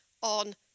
on